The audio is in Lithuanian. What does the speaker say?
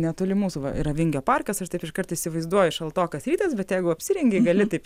netoli mūsų va yra vingio parkas aš taip iškart įsivaizduoju šaltokas rytas bet jeigu apsirengi gali taip